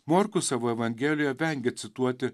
morkus savo evangelijoje vengia cituoti